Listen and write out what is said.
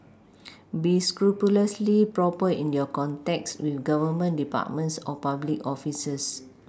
be scrupulously proper in your contacts with Government departments or public officers